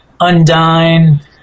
Undyne